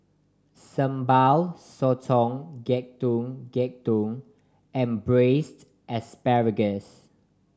Sambal Sotong Getuk Getuk and Braised Asparagus